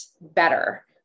better